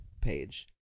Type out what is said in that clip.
page